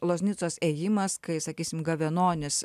loznicos ėjimas kai sakysim gavenonis